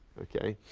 okay?